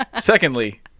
Secondly